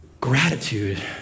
gratitude